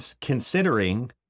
considering